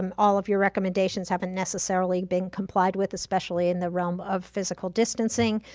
um all of your recommendations haven't necessarily been complied with, especially in the realm of physical distancing.